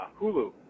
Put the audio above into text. Hulu